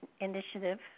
Initiative